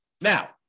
Now